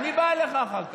אני בא אליך אחר כך,